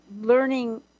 learning